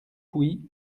pouilly